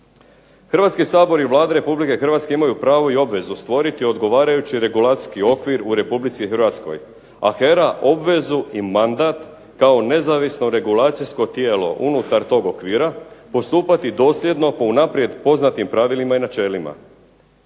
Hrvatski sabor i Vlada Republike Hrvatske imaju pravo i obvezu stvoriti odgovarajući regulacijski okvir u Republici Hrvatskoj, a HERA obvezu i mandat kao nezavisno regulacijsko tijelo unutar tog okvira, postupati dosljedno po unaprijed poznatim pravilima i načelima.